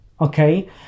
okay